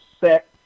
set